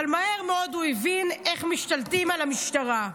אבל מהר מאוד הוא הבין איך משתלטים על המשטרה.